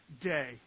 day